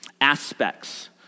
aspects